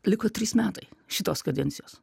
liko trys metai šitos kadencijos